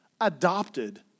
adopted